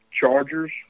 chargers